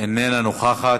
איננה נוכחת,